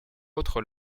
autres